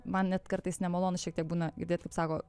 man net kartais nemalonu šiek tiek būna girdėt kaip sako